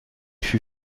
fut